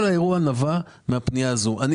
כל האירוע נבע מן הפנייה הזאת.